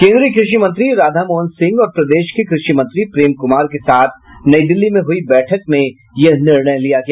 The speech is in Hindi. केन्द्रीय कृषि मंत्री राधामोहन सिंह और प्रदेश के कृषि मंत्री प्रेम कुमार के साथ नई दिल्ली में हुई बैठक में यह निर्णय लिया गया